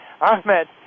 Ahmed